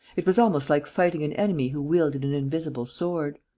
it was almost like fighting an enemy who wielded an invisible sword.